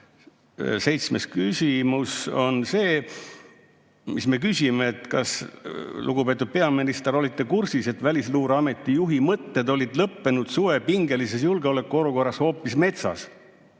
seitsmes küsimus, mis me küsime: kas lugupeetud peaminister oli kursis, et Välisluureameti juhi mõtted olid lõppenud suve pingelises julgeolekuolukorras hoopis metsas,